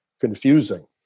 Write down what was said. confusing